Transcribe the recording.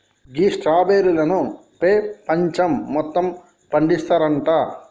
గీ స్ట్రాబెర్రీలను పెపంచం మొత్తం పండిస్తారంట